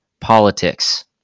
politics